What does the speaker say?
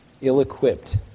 ill-equipped